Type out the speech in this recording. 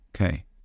Okay